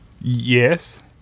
Yes